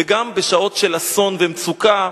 וגם בשעות של אסון ומצוקה,